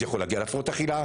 זה יכול להגיע להפרעות אכילה,